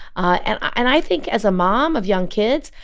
and i think as a mom of young kids,